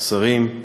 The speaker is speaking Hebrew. שרים,